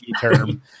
term